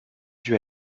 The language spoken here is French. due